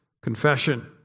confession